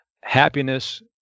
happiness